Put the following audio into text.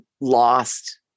lost